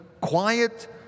quiet